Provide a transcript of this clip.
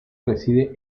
reside